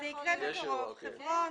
ובעיקר בהקשר